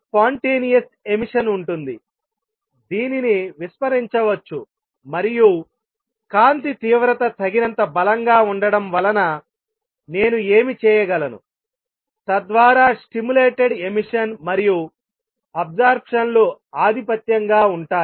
spontaneous emission ఉంటుంది దీనిని విస్మరించవచ్చు మరియు కాంతి తీవ్రత తగినంత బలంగా ఉండడం వలన నేను ఏమి చేయగలను తద్వారా స్టిములేటెడ్ ఎమిషన్ మరియు అబ్సార్ప్షన్లు ఆధిపత్యం గా ఉంటాయి